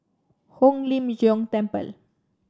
Hong Lim Jiong Temple